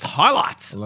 highlights